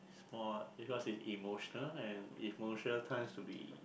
is more it was an emotional and emotional times will be